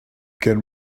can